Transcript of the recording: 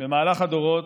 במהלך הדורות.